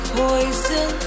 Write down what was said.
poison